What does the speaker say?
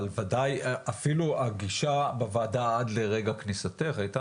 אבל ודאי אפילו הגישה בוועדה עד לרגע כניסתך הייתה